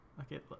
Okay